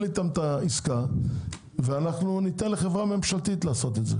איתם את העסקה וניתן לחברה ממשלתית לעשות את זה.